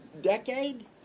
decade